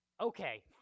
Okay